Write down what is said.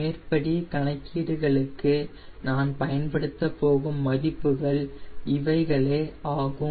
மேற்படி கணக்கீடுகளுக்கு நான் பயன்படுத்தப்போகும் மதிப்புகள் இவைகளே ஆகும்